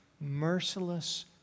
merciless